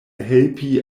helpi